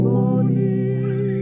Morning